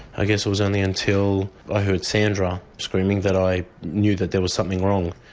i guess it was only until i heard sandra screaming that i knew that there was something wrong.